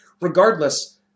regardless